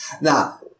Now